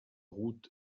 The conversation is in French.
route